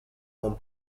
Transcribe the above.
con